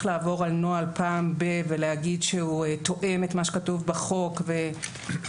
לעבור על נוהל פעם בזמן כלשהו ולומר שהוא תואם את מה שכתוב בחוק וסביר,